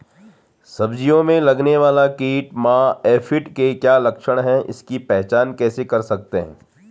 सब्जियों में लगने वाला कीट माह एफिड के क्या लक्षण हैं इसकी पहचान कैसे कर सकते हैं?